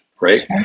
right